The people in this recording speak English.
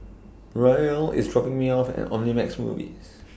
Royal IS dropping Me off At Omnimax Movies